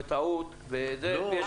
בוודאי,